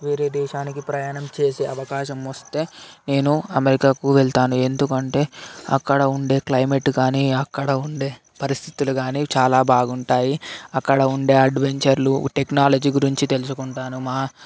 వేరే దేశానికి ప్రయాణం చేసే అవకాశమొస్తే నేను అమెరికాకు వెళ్తాను ఎందుకంటే అక్కడ ఉండే క్లైమేట్ కానీ అక్కడ ఉండే పరిస్థితులు కానీ చాలా బాగుంటాయి అక్కడ ఉండే అడ్వెంచర్లు టెక్నాలజీ గురించి తెలుసుకుంటాను మ